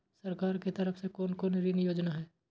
सरकार के तरफ से कोन कोन ऋण योजना छै?